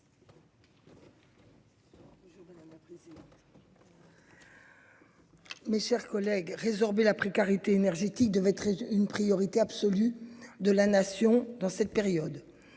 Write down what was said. Mes chers collègues résorber la précarité énergétique devait être une priorité absolue de la nation dans cette période.